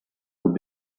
would